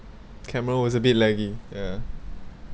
camera was a bit laggy yeah